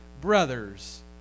brothers